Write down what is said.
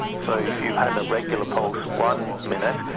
so if you had an irregular pulse one minute,